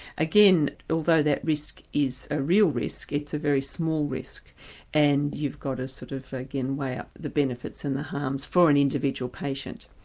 again, although that risk is a real risk, it's a very small risk and you've got to sort of again weigh up the benefits and the harms for an individual patient.